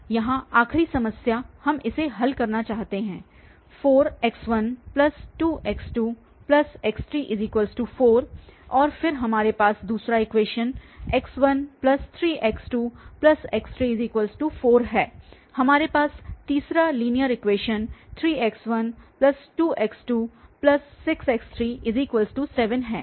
यहां आखिरी समस्या हम इसे हल करना चाहते हैं 4x12x2x34 और फिर हमारे पास दूसरा इक्वेशन x13x2x34 है हमारे पास तीसरा लीनियर इक्वेशन 3x12x26x37 है